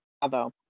Bravo